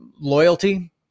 loyalty